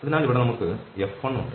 അതിനാൽ ഇവിടെ നമ്മൾക്ക് F1 ഉണ്ട്